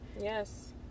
Yes